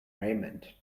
raymond